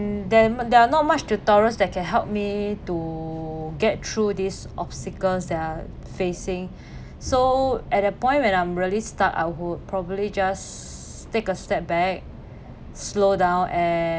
then there are not much tutorials that can help me to get through these obstacles that are facing so at a point when I'm really stuck I would probably just take a step back slow down and